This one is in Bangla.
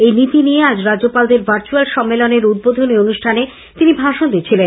এই নীতি নিয়ে আজ রাজ্যপালদের ভার্চুয়াল সম্মেলনে উদ্বোধনী অনুষ্ঠানে তিনি ভাষণ দিচ্ছিলেন